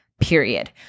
period